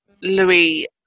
Louis